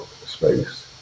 space